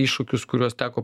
iššūkius kuriuos teko